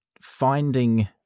finding